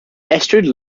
astrid